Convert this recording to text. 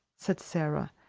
said sara,